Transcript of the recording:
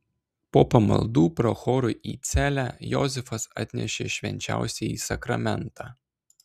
po pamaldų prochorui į celę josifas atnešė švenčiausiąjį sakramentą